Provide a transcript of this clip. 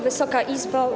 Wysoka Izbo!